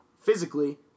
physically